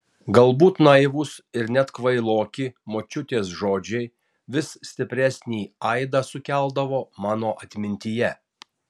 galbūt naivūs ir net kvailoki močiutės žodžiai vis stipresnį aidą sukeldavo mano atmintyje